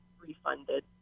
refunded